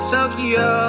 Tokyo